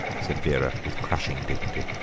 said vera with crushing dignity.